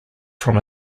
from